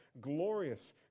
glorious